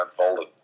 unfolded